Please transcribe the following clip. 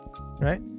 right